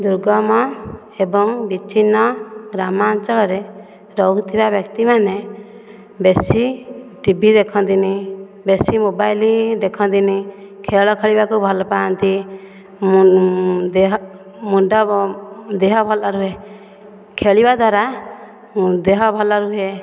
ଦୁର୍ଗମ ଏବଂ ବିଚ୍ଛିନ୍ନ ଗ୍ରାମାଞ୍ଚଳରେ ରହୁଥିବା ବ୍ୟକ୍ତିମାନେ ବେଶୀ ଟିଭି ଦେଖନ୍ତି ନାହିଁ ବେଶୀ ମୋବାଇଲି ଦେଖନ୍ତି ନାହିଁ ଖେଳ ଖେଳିବାକୁ ଭଲ ପାଆନ୍ତି ଦେହ ମୁଣ୍ଡ ଦେହ ଭଲ ରୁହେ ଖେଳିବା ଦ୍ଵାରା ଦେହ ଭଲ ରୁହେ